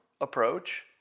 approach